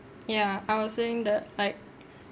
ya I was saying that like